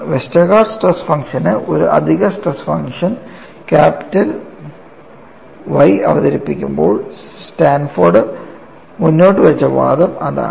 Westergaard stress ഫംഗ്ഷന് ഒരു അധിക സ്ട്രെസ് ഫംഗ്ഷൻ ക്യാപിറ്റൽ Y അവതരിപ്പിക്കുമ്പോൾ സാൻഫോർഡ് മുന്നോട്ടുവച്ച വാദം അതാണ്